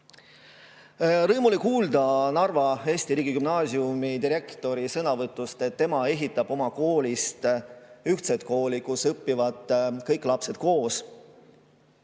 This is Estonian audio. Rõõm oli kuulda Narva Eesti Riigigümnaasiumi direktori sõnavõtust, et tema ehitab oma koolist ühtset kooli, kus õpivad kõik lapsed koos.